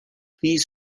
these